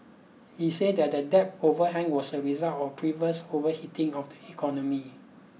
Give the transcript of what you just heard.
he said that the debt overhang was a result of previous overheating of the economy